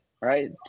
right